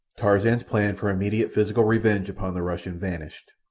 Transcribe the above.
tarzan's plan for immediate physical revenge upon the russian vanished.